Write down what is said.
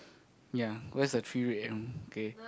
ya where is the three red one okay